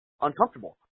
uncomfortable